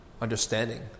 understanding